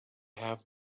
have